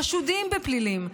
חשודים בפלילים,